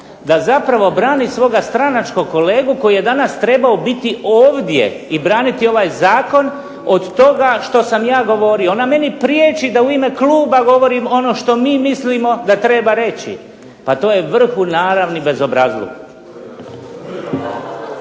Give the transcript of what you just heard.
da zapravo brani svoga stranačkog kolegu koji je danas trebao biti ovdje i braniti ovaj Zakon, od toga što sam ja govorio. Ona meni priječi da u ime Kluba govorim ono što mi mislimo da treba reći, to je vrhunaravni bezobrazluk.